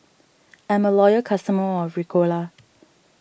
I'm a loyal customer of Ricola